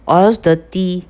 always dirty